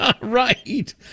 Right